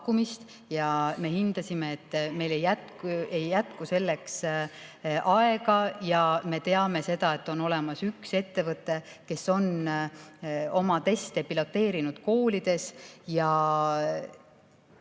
Aga me hindasime, et meil ei jätku selleks aega, ja [kuna] meile on teada, et on olemas üks ettevõte, kes on oma teste piloteerinud koolides,